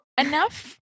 enough